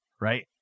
right